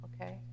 Okay